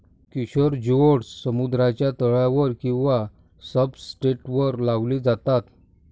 Kishore geoducks समुद्राच्या तळावर किंवा सब्सट्रेटवर लावले जातात